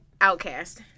Outcast